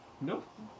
Nope